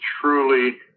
truly